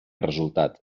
resultat